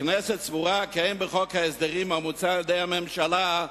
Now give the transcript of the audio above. הכנסת סבורה כי אין בחוק ההסדרים המוצע על-ידי הממשלה,